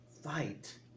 fight